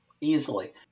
Easily